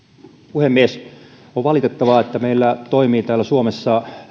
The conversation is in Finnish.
puhemies on valitettavaa että meillä toimii täällä suomessa